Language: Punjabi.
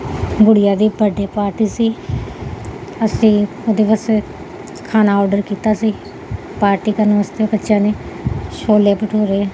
ਗੁੜੀਆਂ ਦੀ ਬਰਡੇ ਪਾਰਟੀ ਸੀ ਅਸੀਂ ਉਹਦੇ ਵਾਸਤੇ ਖਾਣਾ ਆਰਡਰ ਕੀਤਾ ਸੀ ਪਾਰਟੀ ਕਰਨ ਵਾਸਤੇ ਬੱਚਿਆਂ ਨੇ ਛੋਲੇ ਭਟੂਰੇ